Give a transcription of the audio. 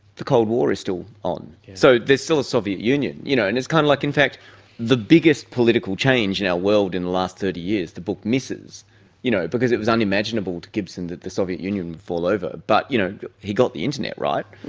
the cold war is still on. so there's still a soviet union. you know and kind of like in fact the biggest political change in our world in the last thirty years the book misses you know because it was unimaginable to gibson that the soviet union would fall over, but you know he got the internet right.